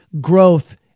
growth